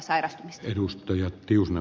kiitoksia ed